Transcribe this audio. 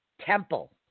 temple